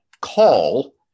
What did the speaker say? call